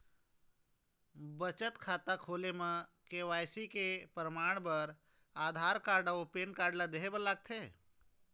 बचत खाता खोले म के.वाइ.सी के परमाण बर आधार कार्ड अउ पैन कार्ड ला देहे बर लागथे